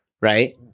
right